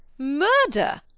murder!